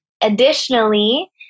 additionally